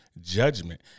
Judgment